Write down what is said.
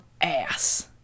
ass